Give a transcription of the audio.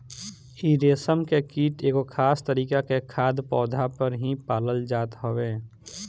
इ रेशम के कीट एगो खास तरीका के खाद्य पौधा पे ही पालल जात हवे